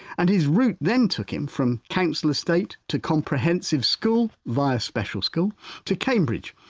and his route then took him from council estate to comprehensive school via special school to cambridge.